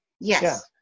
Yes